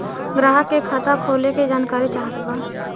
ग्राहक के खाता खोले के जानकारी चाहत बा?